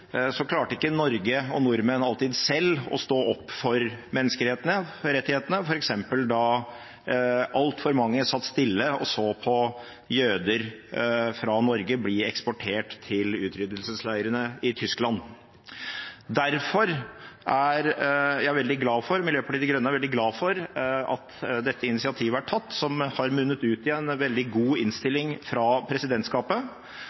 så jøder fra Norge bli eksportert til utryddelsesleirene i Tyskland. Derfor er jeg og Miljøpartiet De Grønne veldig glade for at dette initiativet er tatt, som har munnet ut i en veldig god innstilling fra presidentskapet.